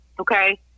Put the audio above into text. Okay